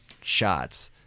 shots